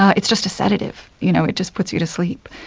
it's just a sedative, you know it just puts you to sleep.